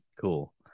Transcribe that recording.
Cool